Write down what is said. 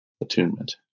attunement